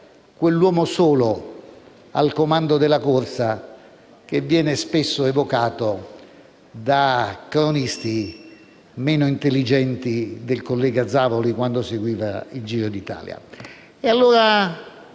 un uomo solo al comando della corsa, spesso evocato da cronisti meno intelligenti del collega Zavoli quando seguiva il Giro d'Italia.